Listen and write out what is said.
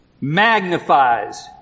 Magnifies